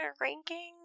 ranking